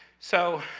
so,